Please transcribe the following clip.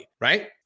right